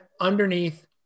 underneath